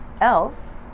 else